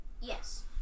Yes